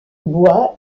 bois